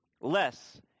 less